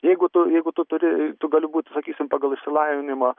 jeigu tu jeigu tu turi tu gali būt sakysim pagal išsilavinimą